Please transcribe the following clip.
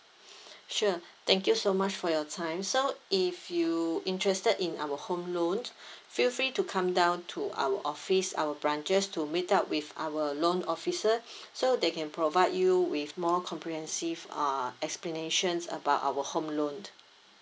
sure thank you so much for your time so if you interested in our home loan feel free to come down to our office our branches to meet up with our loan officer so they can provide you with more comprehensive uh explanations about our home loan